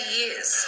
years